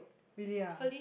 really ah